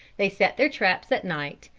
they set their traps at night,